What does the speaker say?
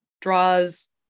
draws